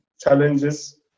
challenges